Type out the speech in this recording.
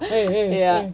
eh eh eh